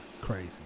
crazy